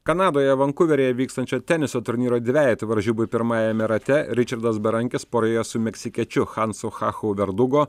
kanadoje vankuveryje vykstančio teniso turnyro dvejetų varžybų pirmajame rate ričardas berankis poroje su meksikiečiu hansu hachu verdugo